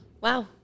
wow